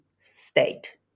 state